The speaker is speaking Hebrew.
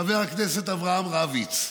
חבר הכנסת אברהם רביץ,